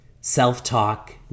Self-talk